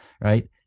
right